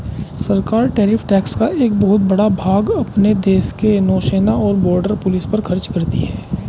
सरकार tariff tax का एक बहुत बड़ा भाग अपने देश के नौसेना और बॉर्डर पुलिस पर खर्च करती हैं